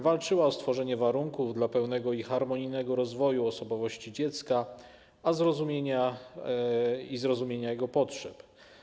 Walczyła o stworzenie warunków dla pełnego i harmonijnego rozwoju osobowości dziecka i zrozumienia jego potrzeb.